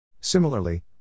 Similarly